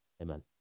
Amen